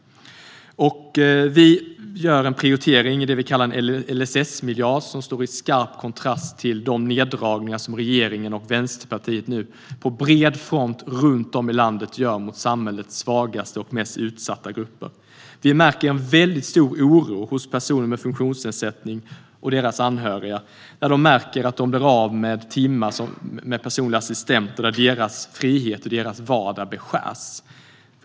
Vi gör en prioritering av det vi kallar en LSS-miljard, som står i skarp kontrast till de neddragningar som regeringen och Vänsterpartiet nu på bred front runt om i landet gör mot samhällets svagaste och mest utsatta grupper. Vi märker en väldigt stor oro hos personer med funktionsnedsättning och deras anhöriga när de märker att de blir av med timmar med personlig assistent och när deras frihet och deras vardag beskärs.